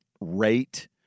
rate